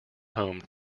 home